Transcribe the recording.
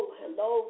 hello